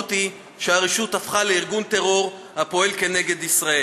המשמעות היא שהרשות הפכה לארגון טרור הפועל כנגד ישראל.